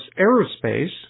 Aerospace